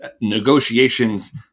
Negotiations